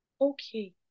Okay